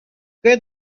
good